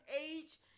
age